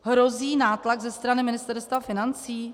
Hrozí nátlak ze strany Ministerstva financí?